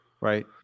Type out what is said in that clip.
right